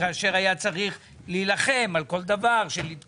כאשר היה צריך להילחם על כל עדכון.